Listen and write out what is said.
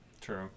true